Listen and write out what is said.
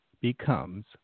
becomes